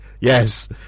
Yes